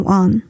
on